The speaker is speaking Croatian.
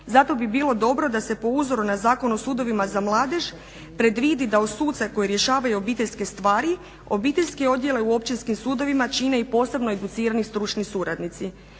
Zato bi bilo dobro da se po uzoru na zakon o sudovima za mladež predvidi da uz suce koji rješavaju obiteljske stvari obiteljske odjele u općinskim sudovima čine i posebno educirani stručni suradnici.